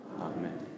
Amen